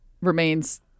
remains